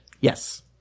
Yes